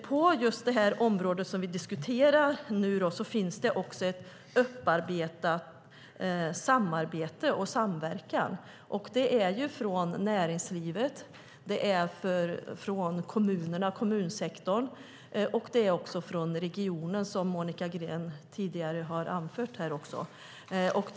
På det område som vi diskuterar finns ett upparbetat samarbete och en samverkan mellan näringslivet, kommunsektorn och regionen, vilket Monica Green också anförde.